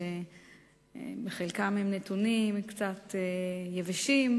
שבחלקם הם נתונים קצת יבשים,